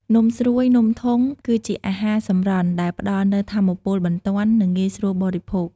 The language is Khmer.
នំស្រួយ នំធុង គឺជាអាហារសម្រន់ដែលផ្តល់នូវ ថាមពលបន្ទាន់ និងងាយស្រួលបរិភោគ។